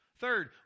Third